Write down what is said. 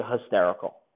hysterical